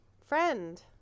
friend